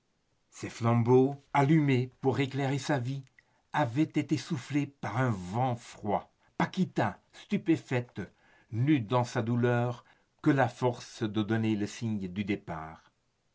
ces flambeaux allumés pour éclairer sa vie avaient été soufflés par un vent froid paquita stupéfaite n'eut dans sa douleur que la force de donner le signal du départ